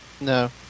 No